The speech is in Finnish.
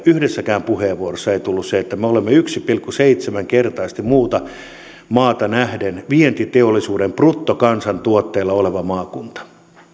yhdessäkään puheenvuorossa ei tullut esille se että me olemme yksi pilkku seitsemän kertaisesti muuhun maahan nähden vientiteollisuuden bruttokansantuotteella oleva maakunta